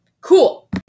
Cool